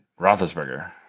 Roethlisberger